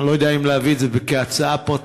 אני לא יודע אם להביא את זה כהצעה פרטית,